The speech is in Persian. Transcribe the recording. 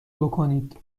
بکنید